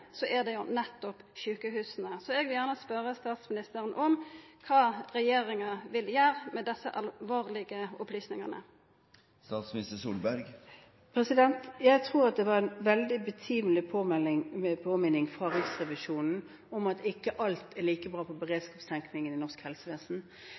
så er det nettopp sjukehusa. Så eg vil gjerne spørja statsministeren om kva regjeringa vil gjera med desse alvorlege opplysningane. Jeg tror at det var en veldig betimelig påminning fra Riksrevisjonen om at ikke alt er like bra